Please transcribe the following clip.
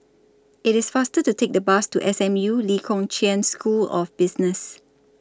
IT IS faster to Take The Bus to S M U Lee Kong Chian School of Business